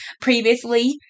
previously